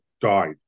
died